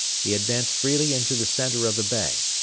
he advanced freely into the centre of the bay.